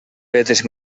vetes